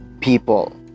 people